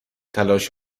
تلاش